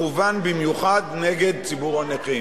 מכוון במיוחד נגד ציבור הנכים.